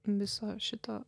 viso šito